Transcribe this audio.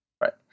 right